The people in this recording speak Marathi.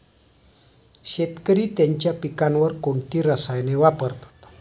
शेतकरी त्यांच्या पिकांवर कोणती रसायने वापरतात?